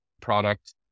product